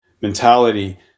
mentality